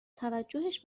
توجهش